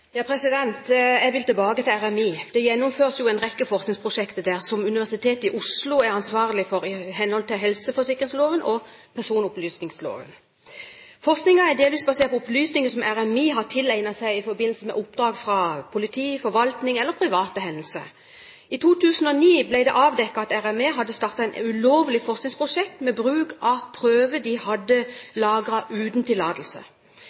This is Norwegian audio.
Jeg vil tilbake til RMI. Det gjennomføres jo en rekke forskningsprosjekter der som Universitetet i Oslo er ansvarlig for i henhold til helseforsikringsloven og personopplysningsloven. Forskningen er delvis basert på opplysninger som RMI har tilegnet seg i forbindelse med oppdrag fra politiet, forvaltningen eller ved private henvendelser. I 2009 ble det avdekket at RMI hadde startet et ulovlig forskningsprosjekt med bruk av prøver de hadde lagret uten tillatelse.